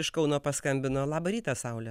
iš kauno paskambino labą rytą saule